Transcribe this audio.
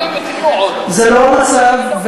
זה לא המצב,